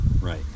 Right